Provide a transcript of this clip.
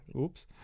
Oops